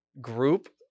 group